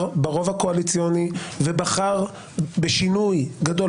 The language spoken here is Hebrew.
ברוב הקואליציוני ובחר בשינוי גדול.